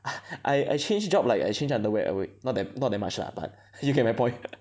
I I change job like I change underwear err wait not that not that much lah but you get my point